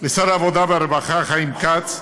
לשר העבודה והרווחה חיים כץ,